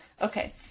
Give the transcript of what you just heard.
Okay